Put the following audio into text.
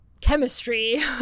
chemistry